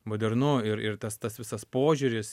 modernu ir ir tas tas visas požiūris